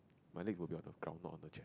my legs will be on the ground not on the chair